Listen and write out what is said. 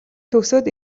төгсөөд